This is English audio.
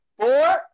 Four